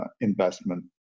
investment